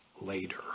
later